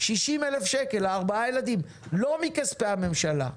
60,000 שקלים ל-4 ילדים, לא מכספי הממשלה.